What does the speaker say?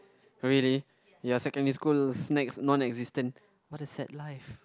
really your secondary school snacks non existent what a sad life